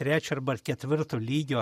trečio arba ketvirto lygio